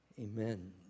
Amen